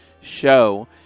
show